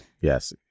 Yes